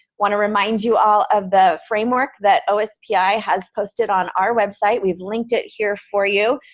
want to remind you all of the framework that ospi has posted on our website we've linked it here for you.